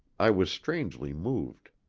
i was strangely moved.